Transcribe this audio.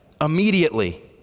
immediately